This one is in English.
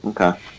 Okay